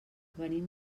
venim